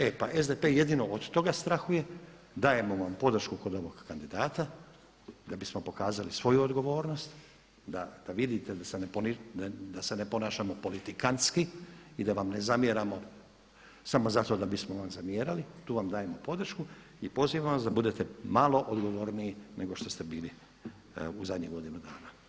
E pa SDP jedino od toga strahuje, dajemo vam podršku kod ovog kandidata da bismo pokazali svoju odgovornost, da vidite da se ne ponašamo politikantski i da vam ne zamjeramo samo zato da bismo vam zamjerali, tu vam dajemo podršku i pozivamo vas da budete malo odgovorniji nego što ste bili u zadnjih godinu dana.